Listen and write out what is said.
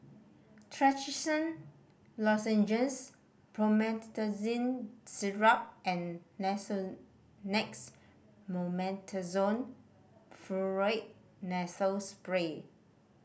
Trachisan Lozenges Promethazine Syrup and Nasonex Mometasone Furoate Nasal Spray